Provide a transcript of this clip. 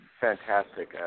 fantastic